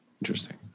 Interesting